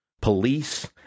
police